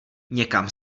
někam